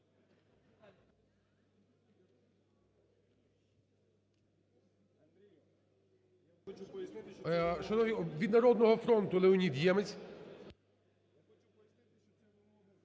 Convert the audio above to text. Шановні… Від "Народного фронту" Леонід Ємець.